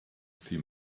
see